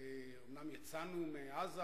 אומנם יצאנו מעזה,